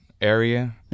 area